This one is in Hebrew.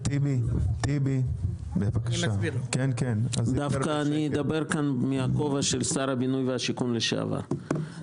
אני אדבר מהכובע של שר הבינוי והשיכון לשעבר.